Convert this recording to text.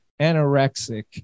anorexic